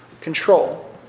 control